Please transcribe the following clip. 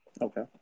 Okay